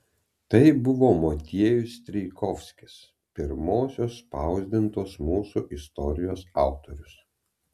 tai buvo motiejus strijkovskis pirmosios spausdintos mūsų istorijos autorius